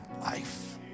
life